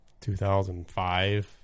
2005